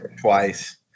twice